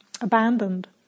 Abandoned